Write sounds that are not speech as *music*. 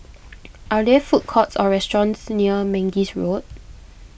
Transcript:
*noise* are there food courts or restaurants near Mangis Road